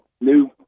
new